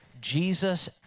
Jesus